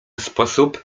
sposób